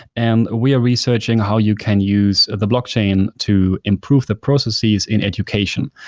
and we are researching how you can use the blockchain to improve the processes in education.